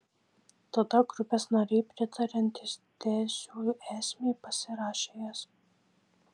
tada grupės nariai pritariantys tezių esmei pasirašė jas